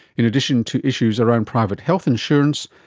in addition to issues around private health insurance,